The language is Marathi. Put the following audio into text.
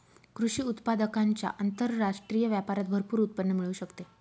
कृषी उत्पादकांच्या आंतरराष्ट्रीय व्यापारात भरपूर उत्पन्न मिळू शकते